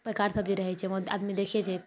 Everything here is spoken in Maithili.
पहिकारसभ जे रहैत छै आदमी देखैत छै